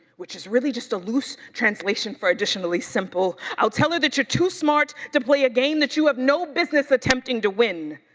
which is really just a loose translation for additionally simple. i'll tell her that you're too smart to play a game that you have no business attempting to win.